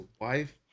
wife